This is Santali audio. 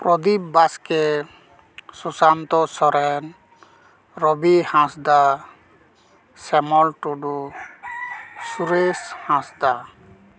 ᱯᱨᱚᱫᱤᱯ ᱵᱟᱥᱠᱮ ᱥᱩᱥᱟᱱᱛᱚ ᱥᱚᱨᱮᱱ ᱨᱚᱵᱤ ᱦᱟᱸᱥᱫᱟ ᱥᱮᱢᱚᱞ ᱴᱩᱰᱩ ᱥᱩᱨᱮᱥ ᱦᱟᱸᱥᱫᱟ